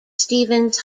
stephens